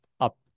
up